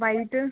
white